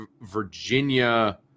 Virginia